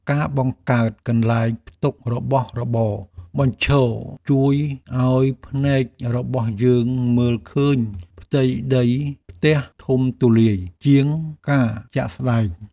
ការបង្កើតកន្លែងផ្ទុករបស់របរបញ្ឈរជួយឱ្យភ្នែករបស់យើងមើលឃើញផ្ទៃដីផ្ទះធំទូលាយជាងការជាក់ស្តែង។